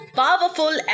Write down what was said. powerful